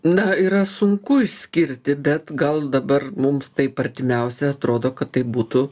na yra sunku išskirti bet gal dabar mums taip artimiausia atrodo kad tai būtų